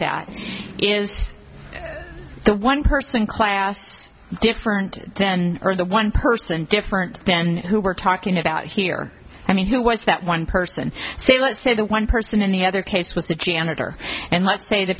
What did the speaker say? that is the one person class different then or the one person different then who we're talking about here i mean who was that one person so let's say that one person in the other case was the janitor and let's say the